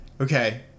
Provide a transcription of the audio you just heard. Okay